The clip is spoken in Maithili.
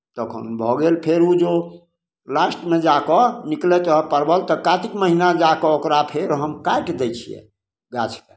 तखन भऽ गेल फेर ओ जो लास्टमे जा कऽ निकलैत रहल परवल तऽ कातिक महिना जा कऽ ओकरा फेर हम काटि दै छियै गाछकेँ